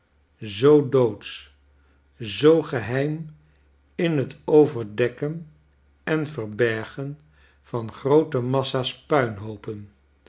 zoo doodsch zoo geheim in het overdekken en verbergen van groote massa's puinhoopen